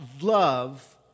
love